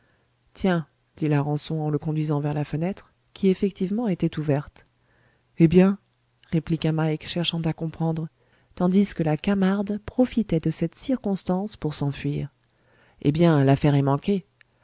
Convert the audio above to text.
tiens dit larençon en le conduisant vers la fenêtre qui effectivement était ouverte eh bien répliqua mike cherchant à comprendre tandis que la camarde profitait de cette circonstance pour s'enfuir eh bien l'affaire est manquée